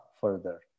further